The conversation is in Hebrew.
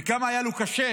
וכמה היה לו קשה